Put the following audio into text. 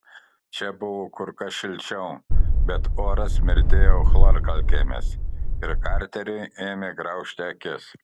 čia buvo kur kas šilčiau bet oras smirdėjo chlorkalkėmis ir karteriui ėmė graužti akis